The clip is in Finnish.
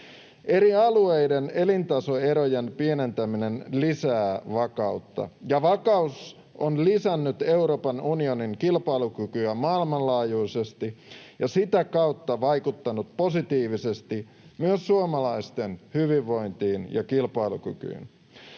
Eri alueiden elintasoerojen pienentäminen lisää vakautta, ja vakaus on lisännyt Euroopan unionin kilpailukykyä maailmanlaajuisesti ja sitä kautta vaikuttanut positiivisesti myös suomalaisten hyvinvointiin ja kilpailukykyyn.